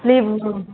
लेबु